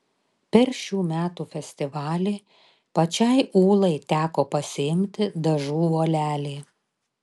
per šių metų festivalį pačiai ūlai teko pasiimti dažų volelį